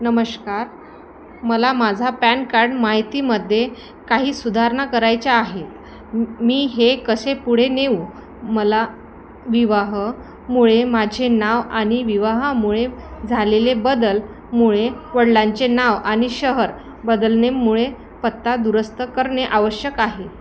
नमस्कार मला माझा पॅन कार्ड माहितीमध्ये काही सुधारणा करायच्या आहेत मी हे कसे पुढे नेऊ मला विवाहामुळे माझे नाव आणि विवाहामुळे झालेले बदलामुळे वडीलांचे नाव आणि शहर बदलण्यामुळे पत्ता दुरुस्त करणे आवश्यक आहे